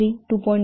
83 2